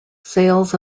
sales